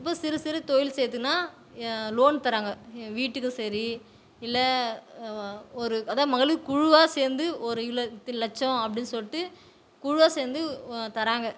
இப்போ சிறு சிறு தொழில் செய்கிறதுனா லோன் தராங்க வீட்டுக்கு சரி இல்லை ஒரு அதுதான் மகளிர் குழுவாக சேர்ந்து ஒரு இவ்வளோ இத்தினி லட்சம் அப்படின் சொல்லிட்டு குழுவாக சேர்ந்து தராங்க